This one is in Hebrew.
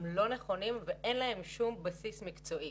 הם לא נכונים ואין להם שום בסיס מקצועי.